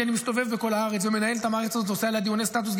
כי אני מסתובב בכל הארץ ומנהל את המערכת הזאת ועושה עליה דיוני סטטוס.